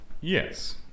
Yes